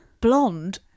blonde